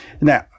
now